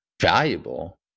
valuable